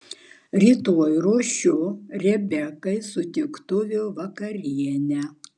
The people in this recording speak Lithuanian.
rytoj ruošiu rebekai sutiktuvių vakarienę